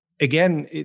again